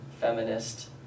feminist